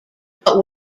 but